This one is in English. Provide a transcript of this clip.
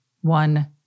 One